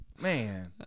Man